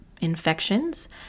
infections